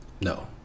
No